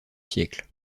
siècle